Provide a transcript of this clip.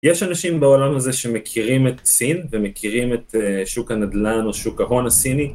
יש אנשים בעולם הזה שמכירים את סין ומכירים את שוק הנדלן או שוק ההון הסיני.